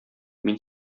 мин